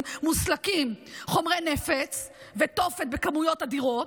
מוסלקים חומרי נפץ ותופת בכמויות אדירות,